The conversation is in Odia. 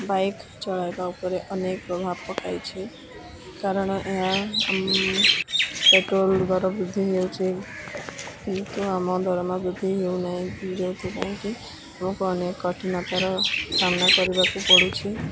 ବାଇକ୍ ଚଳାଇବା ଉପରେ ଅନେକ ପ୍ରଭାବ ପକାଇଛି କାରଣ ଏହା ପେଟ୍ରୋଲ ଦର ବୃଦ୍ଧି ହେଉଛିି କିନ୍ତୁ ଆମ ଦରମା ବୃଦ୍ଧି ହେଉ ନାହିଁ ଯେଉଁଥିପାଇଁ କିି ଆମକୁ ଅନେକ କଠିନତର ସାମ୍ନା କରିବାକୁ ପଡ଼ୁଛି